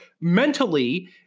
mentally